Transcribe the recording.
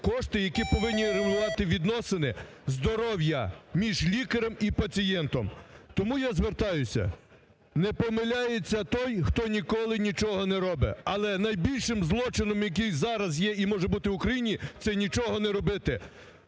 кошти, які повинні регулювати відносини, здоров'я між лікарем і пацієнтом. Тому я звертаюся, не помиляється той, хто ніколи нічого не робить. Але найбільшим злочином, який зараз є і може бути в Україні, це нічого не робити.